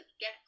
get